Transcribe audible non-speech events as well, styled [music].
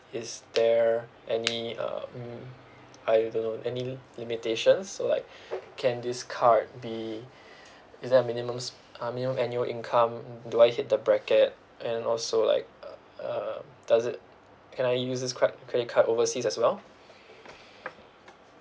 is there any uh um I don't know any limitations so like [breath] can this card be [breath] is there a minimum sp~ uh minimum annual income do I hit the bracket and also like uh uh does it can I use this ca~ credit card overseas as well